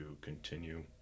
continue